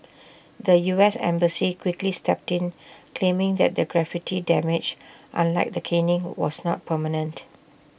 the U S embassy quickly stepped in claiming that the graffiti damage unlike the caning was not permanent